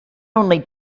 only